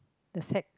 the side